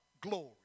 glory